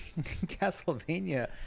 Castlevania